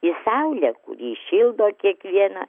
į saulę kuri šildo kiekvieną